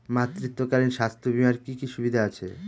মাতৃত্বকালীন স্বাস্থ্য বীমার কি কি সুবিধে আছে?